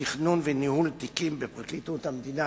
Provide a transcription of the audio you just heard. תכנון וניהול תיקים בפרקליטות המדינה,